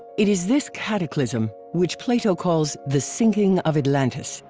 it is this cataclysm, which plato calls the sinking of atlantis,